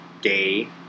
day